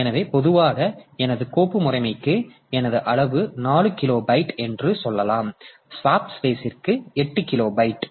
எனவே பொதுவாக எனது கோப்பு முறைமைக்கு எனது அளவு 4 கிலோ பைட் என்று சொல்லலாம் ஸ்வாப்பு பேசிற்கு 8 கிலோ பைட்